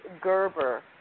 Gerber